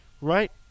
right